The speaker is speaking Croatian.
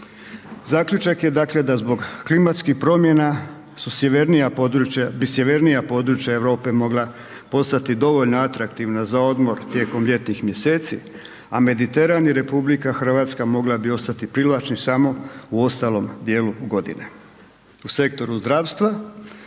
Zaključak je dakle da zbog klimatskih promjena su sjevernija područja, bi sjevernija područja Europe mogla postati dovoljno atraktivna za odmor tijekom ljetnih mjeseci, a Mediteran i Republika Hrvatska mogla bi ostati privlačni samo u ostalom dijelu godine. U sektoru zdravstva